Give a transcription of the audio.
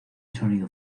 sonido